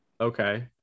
okay